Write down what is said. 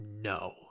no